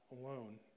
alone